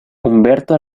humberto